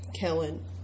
Kellen